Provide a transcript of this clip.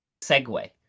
segue